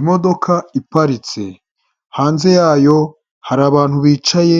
Imodoka iparitse hanze yayo hari abantu bicaye